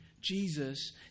Jesus